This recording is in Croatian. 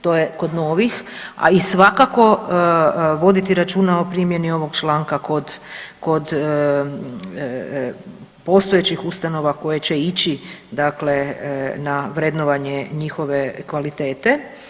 To je kod novih, a i svakako voditi računa o primjeni ovoga članka kod postojećih ustanova koje će ići na vrednovanje njihove kvalitete.